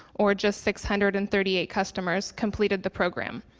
or just six hundred and thirty eight customers, completed the program.